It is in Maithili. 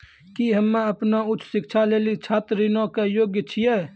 कि हम्मे अपनो उच्च शिक्षा लेली छात्र ऋणो के योग्य छियै?